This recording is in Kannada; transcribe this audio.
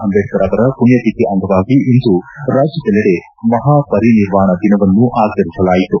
ಅಂಬೇಡ್ಕರ್ ಅವರ ಪುಣ್ಣತಿಥಿ ಅಂಗವಾಗಿ ಇಂದು ರಾಜ್ಯದೆಲ್ಲೆಡೆ ಮಹಾ ಪರಿನಿರ್ವಾಣ ದಿನವನ್ನು ಆಚರಿಸಲಾಯಿತು